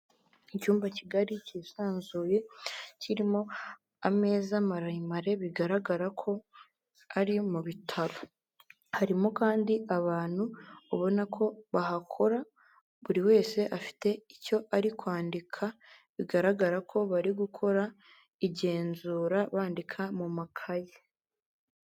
Icyumba kigari kisanzuye kirimo ameza mareremare, bigaragara ko ari mu bitaro, harimo kandi abantu ubona ko bahakora, buri wese afite icyo ari kwandika bigaragara ko bari gukora igenzura bandika mu makayi.